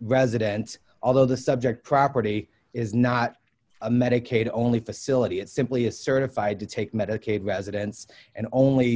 resident although the subject property is not a medicaid only facility it simply is certified to take medicaid residence and only